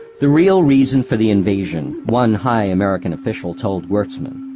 the real reason for the invasion, one high american official told gwertzman,